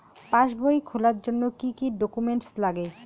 পাসবই খোলার জন্য কি কি ডকুমেন্টস লাগে?